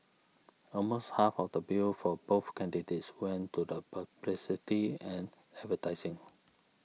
almost half of the bill for both candidates went to the publicity and advertising